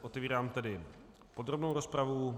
Otevírám tedy podrobnou rozpravu.